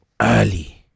early